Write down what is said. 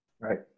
Right